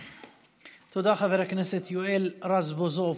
תודה, חבר הכנסת יואל רזבוזוב.